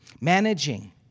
Managing